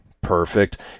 perfect